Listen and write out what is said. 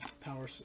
power